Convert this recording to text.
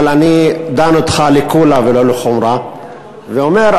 אבל אני דן אותך לקולא ולא לחומרא ואומר,